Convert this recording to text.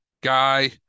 guy